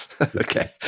Okay